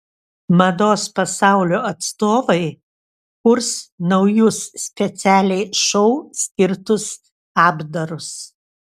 mados pasaulio atstovai kurs naujus specialiai šou skirtus apdarus